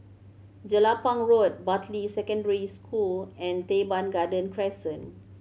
Jelapang Road Bartley Secondary School and Teban Garden Crescent